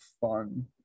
Fun